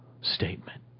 statement